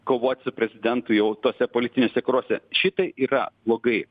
kovot su prezidentu jau tuose politiniuose karuose šitai yra blogai